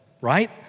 right